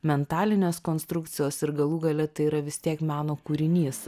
mentalinės konstrukcijos ir galų gale tai yra vis tiek meno kūrinys